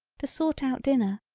to sort out dinner,